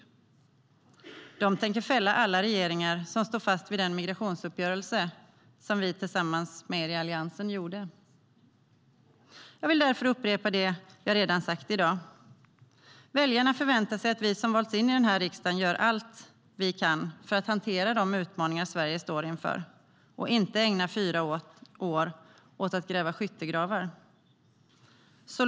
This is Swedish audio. De tänker fälla alla regeringar som står fast vid den migrationsuppgörelse som vi tillsammans med er i Alliansen gjorde. Jag vill därför upprepa det jag redan sagt i dag: Väljarna förväntar sig att vi som valts in i riksdagen gör allt vi kan för att hantera de utmaningar Sverige står inför, inte att vi ägnar fyra år åt att gräva skyttegravar.